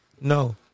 No